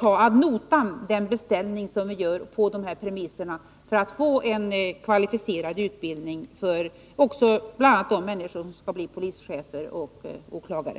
ta ad notam den beställning som vi gör på dessa premisser för att få en kvalificerad utbildning bl.a. för de människor som skall bli polischefer och åklagare.